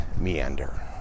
meander